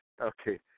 Okay